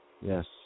Yes